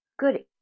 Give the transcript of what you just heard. Good